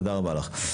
תודה רבה לך.